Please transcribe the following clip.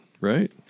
right